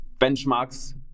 benchmarks